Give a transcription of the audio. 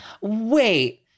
Wait